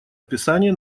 описание